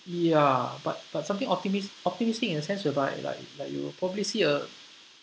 ya but but something optimis~ optimistic in a sense whereby like like you will probably see a